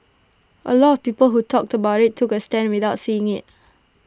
A lot of people who talked about IT took A stand without seeing IT